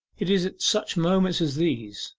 it is at such moments as these,